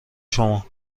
شما